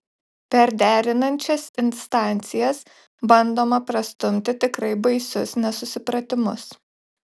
per derinančias instancijas bandoma prastumti tikrai baisius nesusipratimus